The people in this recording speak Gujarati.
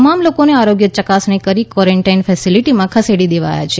તમામ લોકોને આરોગ્ય ચકાસણી કરી કવોરેન્ટાઇન ફેસેલીટીમાં ખસેડી દેવાથા છે